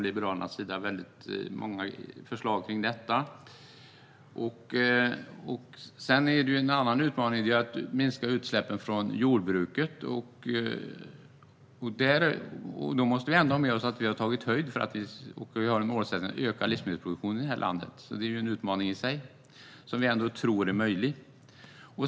Liberalerna har många förslag om detta som jag ska återkomma till. Den andra utmaningen är att minska utsläppen från jordbruket. Då måste vi ändå ha med oss att vi har tagit höjd för målsättningen att vi ska öka livsmedelsproduktionen i vårt land. Det är en utmaning i sig, men vi tror att det är möjligt.